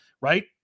Right